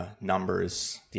numbers